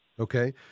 Okay